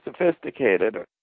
sophisticated